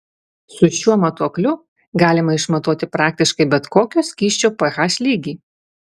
su šiuo matuokliu galima išmatuoti praktiškai bet kokio skysčio ph lygį